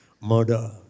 murder